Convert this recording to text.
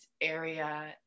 area